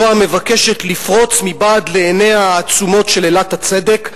זו המבקשת לפרוץ מבעד לעיניה העצומות של אלת הצדק"